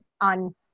on